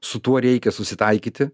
su tuo reikia susitaikyti